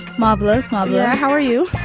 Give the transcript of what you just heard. marvelous. um yeah how are you?